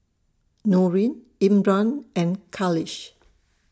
Nurin Imran and Khalish